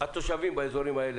שהתושבים באזורים האלה,